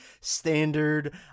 standard